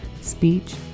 speech